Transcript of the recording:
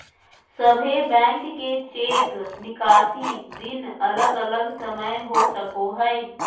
सभे बैंक के चेक निकासी दिन अलग अलग समय हो सको हय